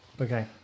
Okay